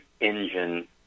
engine